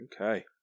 Okay